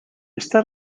está